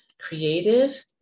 creative